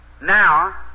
now